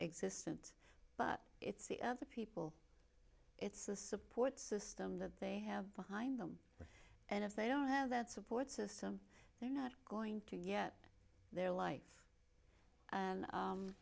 existence but it's the other people it's the support system that they have high in them and if they don't have that support system they're not going to get their life and